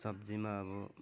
सब्जीमा अब